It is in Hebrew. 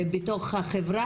בתוך החברה.